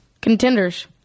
Contenders